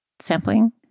sampling